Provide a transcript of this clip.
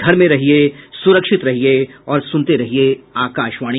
घर में रहिये सुरक्षित रहिये और सुनते रहिये आकाशवाणी